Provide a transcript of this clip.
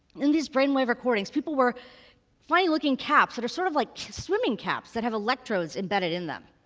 in these brainwave recordings, people wear funny looking caps that are sort of like swimming caps that have electrodes embedded in them.